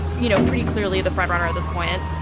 you know, pretty clearly the front-runner at this point.